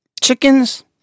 chickens